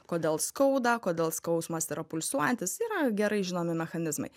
kodėl skauda kodėl skausmas yra pulsuojantis yra gerai žinomi mechanizmai